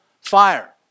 fire